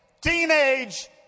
teenage